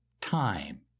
time